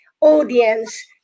audience